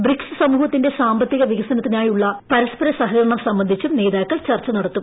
BRICS സമൂഹത്തിന്റെ സാമ്പത്തിക വികസനത്തിനായുള്ള പരസ്പര സഹകരണം സംബന്ധിച്ചും നേതാക്കൾ ചർച്ച നടത്തും